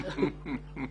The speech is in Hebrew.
סליחה.